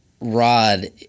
Rod